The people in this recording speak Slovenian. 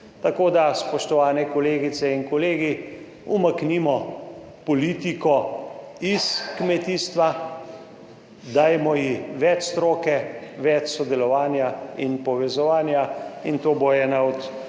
Tako, da spoštovane kolegice in kolegi, umaknimo politiko iz kmetijstva, dajmo ji več stroke, več sodelovanja in povezovanja. In to bo ena od